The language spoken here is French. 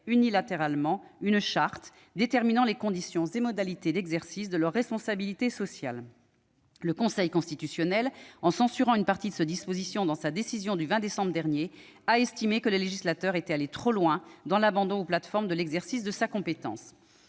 unilatéralement une charte déterminant les conditions et modalités d'exercice de leur responsabilité sociale. Le Conseil constitutionnel, en censurant une partie de ces dispositions dans sa décision du 20 décembre dernier, a estimé que le législateur était allé trop loin dans l'abandon aux plateformes de l'exercice de sa compétence.